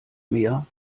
mehr